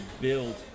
build